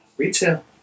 Retail